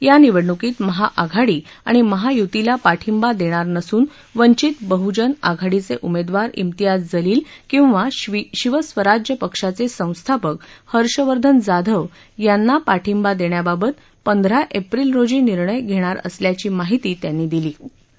या निवडणुकीत महाआघाडी आणि महायुतीला पाठिबा देणार नसून वंचित बहुजन आघाडीचे उमेदवार इम्तियाज जलिल किवा शिवस्वराज्य पक्षाचे संस्थापक हर्षवर्धन जाधव यांना पाठींबा देण्याबाबत पंधरा एप्रिल रोजी निर्णय घेणार असल्याची माहिती सत्तार यांनी बातमीदारांशी बोलताना दिली